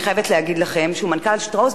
אני חייבת להגיד לכם שהוא מנכ"ל "שטראוס"